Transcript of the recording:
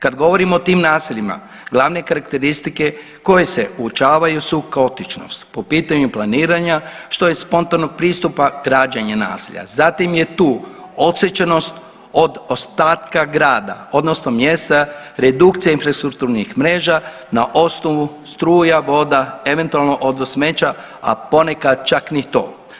Kad govorimo o tim naseljima, glavne karakteristike koje se uočavaju su kaotičnost po pitanju planiranja što je spontanog pristupa građenja naselja, zatim je tu odsječenost od ostatka grada odnosno mjesta redukcije infrastrukturnih mreža na osnovu struja, voda, eventualno odvoz smeća, a ponekad čak ni to.